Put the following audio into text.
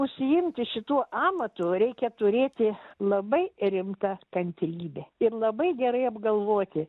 užsiimti šituo amatu reikia turėti labai rimtą kantrybę ir labai gerai apgalvoti